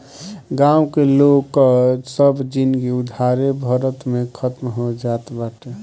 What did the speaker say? गांव के लोग कअ सब जिनगी उधारे भरत में खतम हो जात बाटे